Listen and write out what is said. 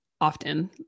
often